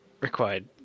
required